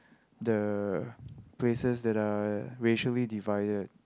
the places that are racially divided